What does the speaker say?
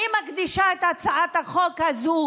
אני מקדישה את הצעת החוק הזאת